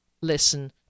listen